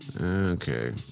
Okay